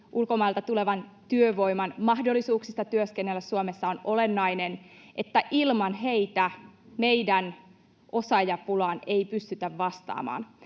ulkomailta tulevan työvoiman mahdollisuuksista työskennellä Suomessa on olennainen siksi, että ilman heitä meidän osaajapulaan ei pystytä vastaamaan.